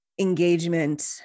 engagement